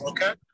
Okay